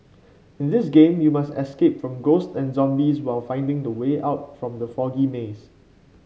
in this game you must escape from ghost and zombies while finding the way out from the foggy maze